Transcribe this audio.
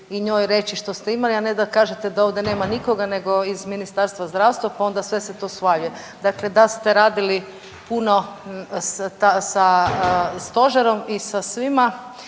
i njoj reći što ste imali, a ne da kažete da ovdje nema nikoga nego iz Ministarstva zdravstva pa onda sve se to svaljuje. Dakle, da ste radili puno sa stožerom i sa svima